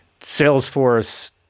Salesforce